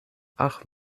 ach